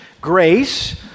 grace